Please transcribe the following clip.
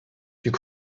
could